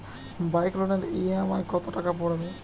Bike লোনের EMI কত টাকা পড়বে?